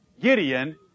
Gideon